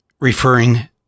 referring